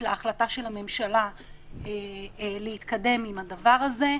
להחלטה של הממשלה להתקדם עם הדבר הזה.